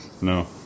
No